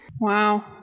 Wow